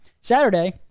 Saturday